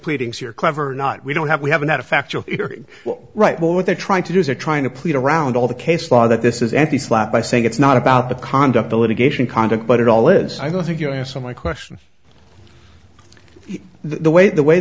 pleadings here clever or not we don't have we haven't had a factual right what they're trying to do they're trying to plead around all the case law that this is any slap by saying it's not about the conduct the litigation conduct but it all is i don't think you answered my question the way the way